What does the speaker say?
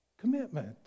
commitment